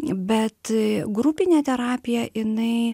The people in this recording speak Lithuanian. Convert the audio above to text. bet grupinė terapija jinai